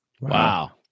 Wow